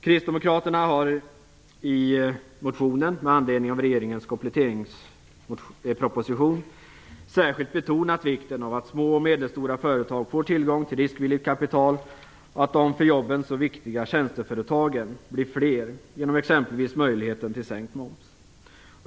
Kristdemokraterna har i motionen med anledning av regeringens kompletteringsproposition särskilt betonat vikten av att små och medelstora företag får tillgång till riskvilligt kapital och att de för jobben så viktiga tjänsteföretagen blir fler, genom exempelvis möjligheten till sänkt moms.